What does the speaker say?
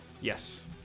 Yes